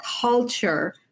culture